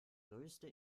größte